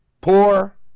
poor